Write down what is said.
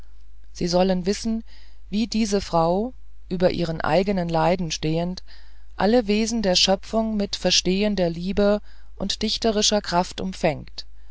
sie sollen sehen wie diese frau über ihren eigenen leiden stehend alle wesen der schöpfung mit verstehender liebe und dichterischer kraft umfängt